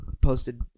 posted